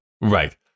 Right